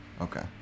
Okay